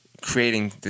creating